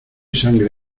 sangre